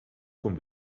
von